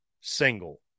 single